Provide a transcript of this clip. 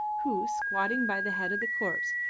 who, squatting by the head of the corpse,